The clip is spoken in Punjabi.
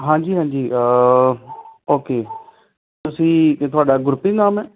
ਹਾਂਜੀ ਹਾਂਜੀ ਓਕੇ ਤੁਸੀਂ ਅਤੇ ਤੁਹਾਡਾ ਗੁਰਪ੍ਰੀਤ ਨਾਮ ਹੈ